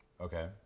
Okay